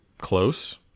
Close